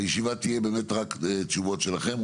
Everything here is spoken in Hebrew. והישיבה תהיה באמת רק תשובות שלכם.